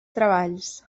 treballs